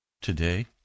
today